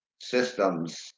systems